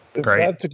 great